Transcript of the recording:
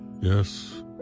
yes